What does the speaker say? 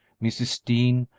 mrs. dean,